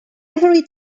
every